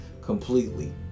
completely